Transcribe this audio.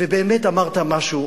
ובאמת אמרת משהו,